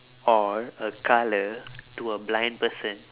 or a colour to a blind person